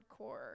hardcore